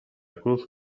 cruz